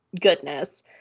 goodness